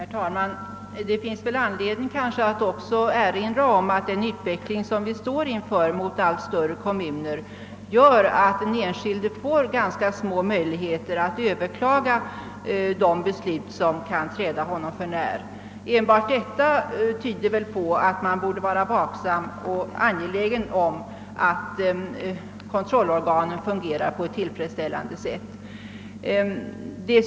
Herr talman! Det finns kanske anledning att här också erinra om att den utveckling mot allt större kommuner som nu pågår gör att den enskildes möjligheter att överklaga beslut som träder honom förnär blir ganska små. Bara det talar väl för att man bör vara vaksam och angelägen om att kontrollorganen fungerar på tillfredsställande sätt.